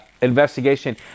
investigation